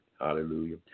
Hallelujah